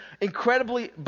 incredibly